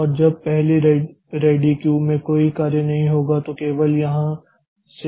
और जब पहली रेडी क्यू में कोई कार्य नहीं होगा तो केवल यहाँ से ही कार्य लिया जाएगा